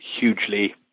hugely